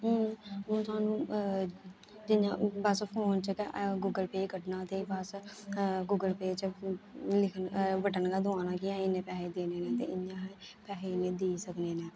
हून हून सानूं जियां बस फोन च गै ऐप गूगल पे कड्ढना ते बस गूगल पे लिख बटन गै दबाना कि अहीं इन्ने पैसे देने ते इ'यां अहें पैहे इन्ने देई सकने न